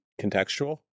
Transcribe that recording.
contextual